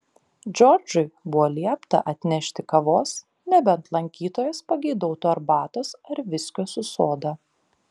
džordžui buvo liepta atnešti kavos nebent lankytojas pageidautų arbatos ar viskio su soda